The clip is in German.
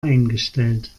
eingestellt